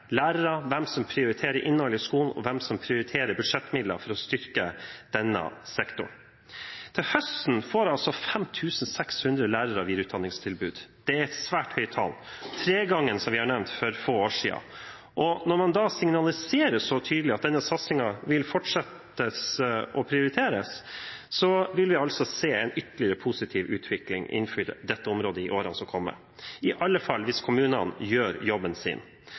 lærere, hvem som prioriterer innhold i skolen, og hvem som prioriterer budsjettmidler for å styrke denne sektoren. Til høsten får 5 600 lærere videreutdanningstilbud. Det er et svært høyt tall, som nevnt er det tre ganger så mange som for få år siden. Når man signaliserer så tydelig at denne satsingen fortsatt vil prioriteres, vil vi se en ytterligere positiv utvikling innenfor dette området i årene som kommer – i alle fall hvis kommunene gjør jobben sin,